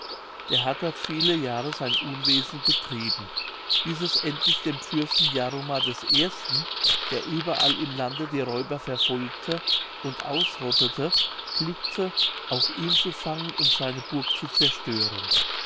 der hat dort viele jahre sein unwesen getrieben bis es endlich dem fürsten jaromar i der überall im lande die räuber verfolgte und ausrottete glückte auch ihn zu fangen und seine burg zu zerstören